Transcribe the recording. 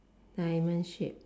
diamond shaped